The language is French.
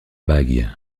bague